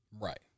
Right